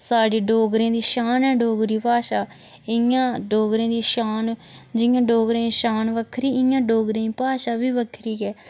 साढ़े डोगरें दी शान ऐ डोगरी भाशा इ'यां डोगरें दी शान जियां डोगरें दी शान बक्खरी इ'यां डोगरें दी भाशा बी बक्खरी ऐ